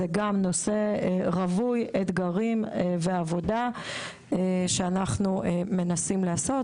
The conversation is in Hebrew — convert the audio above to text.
זה גם נושא רווי אתגרים ועבודה שאנחנו מנסים לעשות,